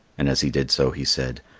and as he did so he said,